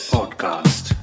Podcast